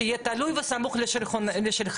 שיהיה תלוי וסמוך לשולחננו.